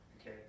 Okay